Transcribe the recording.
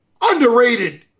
underrated